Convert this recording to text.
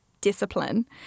discipline